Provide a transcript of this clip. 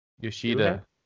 Yoshida